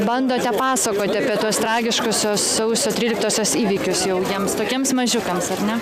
bandote pasakoti apie tos tragiškosios sausio tryliktosios įvykius jau jiems tokiems mažiukams ar ne